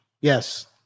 Yes